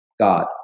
God